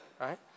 right